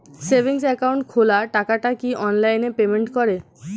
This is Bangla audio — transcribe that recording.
সেভিংস একাউন্ট খোলা টাকাটা কি অনলাইনে পেমেন্ট করে?